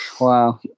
wow